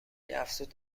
افزود